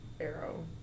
Arrow